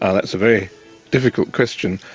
ah that's a very difficult question.